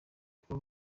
kuba